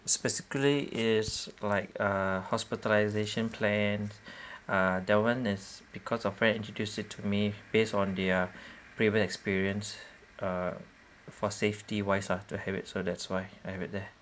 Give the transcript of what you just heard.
specifically is like uh hospitalisation plan uh that one is because of friend introduced it to me based on their previous experience uh for safety wise ah to have it so that's why I have it there